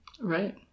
Right